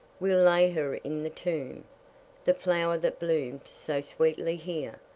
we'll lay her in the tomb the flower that bloomed so sweetly here,